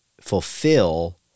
fulfill